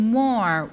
more